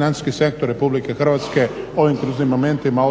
financijski sektor RH u ovim kriznim momentima